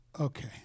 Okay